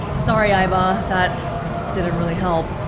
sorry, aiba, that didn't really help